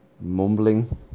Mumbling